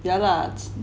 yeah lah